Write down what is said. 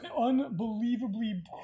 unbelievably